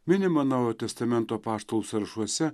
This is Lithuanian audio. minimą naujojo testamento apaštalų sąrašuose